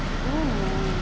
!woo!